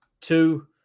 two